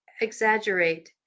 exaggerate